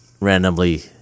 randomly